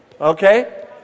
Okay